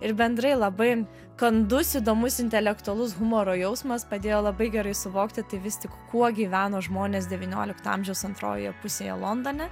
ir bendrai labai kandus įdomus intelektualus humoro jausmas padėjo labai gerai suvokti tai vis tik kuo gyveno žmonės devyniolikto amžiaus antrojoje pusėje londone